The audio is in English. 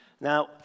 Now